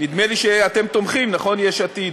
נדמה לי שאתם תומכים, נכון, יש עתיד?